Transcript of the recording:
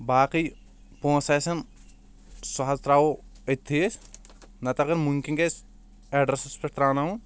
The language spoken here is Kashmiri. باقٕے پۄنٛسہٕ آسَن سُہ حظ تراوو أتۍنے أسۍ نتہٕ اگر ممکن گژھہِ ایٚڈریٚسَس پٮ۪ٹھ تراوناوو